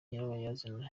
nyirabayazana